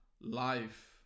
life